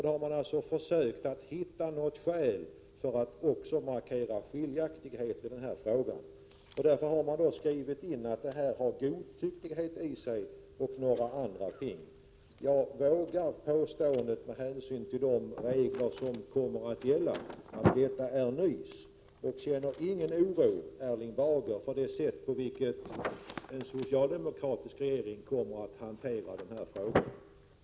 Då har man försökt att hitta något skäl för att markera skiljaktigheten i den här frågan, och därför har man skrivit att förslaget har godtycklighet i sig osv. Med hänsyn till de regler som kommer att gälla vågar jag påstå att det är nys. Jag känner ingen oro, Erling Bager, över det sätt på vilket en socialdemokratisk regering kommer att hantera den här frågan.